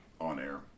on-air